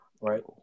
right